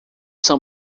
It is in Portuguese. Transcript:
são